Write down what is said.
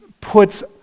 puts